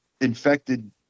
infected